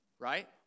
right